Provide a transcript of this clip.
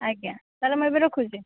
ଆଜ୍ଞା ତାହେଲେ ଏବେ ମୁଁ ରଖୁଛି